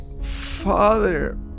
father